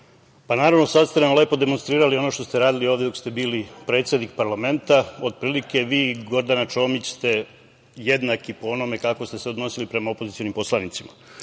Naravno, sada ste nam lepo demonstrirali ono što ste radili ovde dok ste bili predsednik parlamenta. Otprilike vi i Gordana Čomić ste jednaki po onome kako ste se odnosili prema opozicionim poslanicima. Znači,